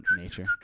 nature